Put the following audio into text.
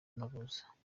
n’uruza